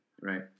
Right